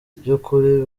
by’ukuri